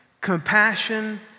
compassion